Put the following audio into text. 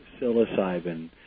psilocybin